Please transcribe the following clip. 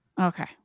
Okay